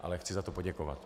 Ale chci za to poděkovat.